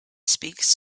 speaks